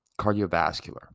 Cardiovascular